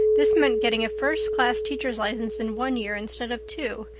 this meant getting a first class teacher's license in one year instead of two,